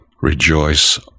rejoice